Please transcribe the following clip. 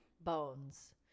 bones